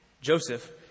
Joseph